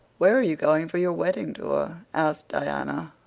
where are you going for your wedding tour? asked diana.